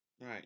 Right